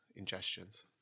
Ingestions